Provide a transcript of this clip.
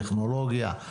טכנולוגיה,